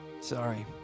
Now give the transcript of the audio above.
Sorry